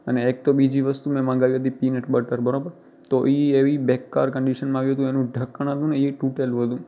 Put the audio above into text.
અને એક તો બીજી વસ્તુ મેં મગાવી હતી પીનટ બટર બરાબર તો એ એવી બેકાર કંડીશનમાં આવી હતી ને એનું ઢાંકણ હતું ને એ તૂટેલું હતું